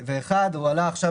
והוא עלה עכשיו,